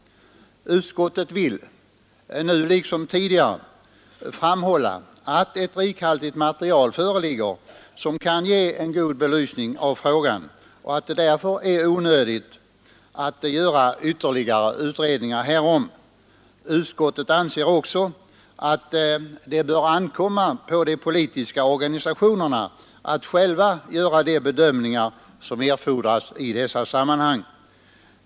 Utskottet vill, nu liksom tidigare, framhålla att ett rikhaltigt material föreligger som kan ge en god belysning av frågan och att det därför är onödigt att göra ytterligare utredningar härom. Utskottet anser också att det bör ankomma på de politiska organisationerna att själva göra de bedömningar som erfordras i dessa sammanhang.